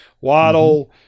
Waddle